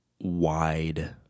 wide